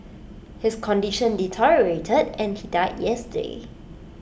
his condition deteriorated and he died yesterday